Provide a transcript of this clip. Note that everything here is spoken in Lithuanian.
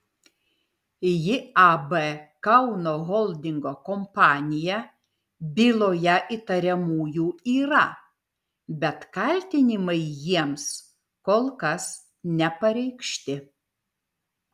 iab kauno holdingo kompanija byloje įtariamųjų yra bet kaltinimai jiems kol kas nepareikšti